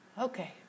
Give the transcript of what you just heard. Okay